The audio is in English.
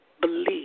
believe